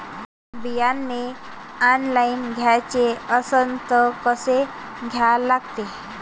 बियाने ऑनलाइन घ्याचे असन त कसं घ्या लागते?